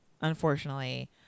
unfortunately